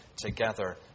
together